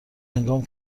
هنگام